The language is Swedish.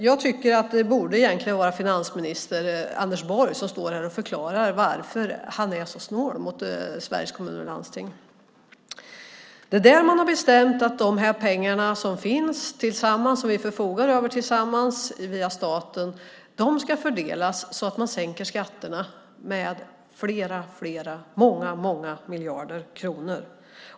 Jag tycker att det egentligen borde vara finansminister Anders Borg som står här och förklarar varför han är så snål mot Sveriges Kommuner och Landsting. Det är där man har bestämt att de pengar som vi förfogar över tillsammans via staten ska fördelas så att man sänker skatterna med många miljarder kronor.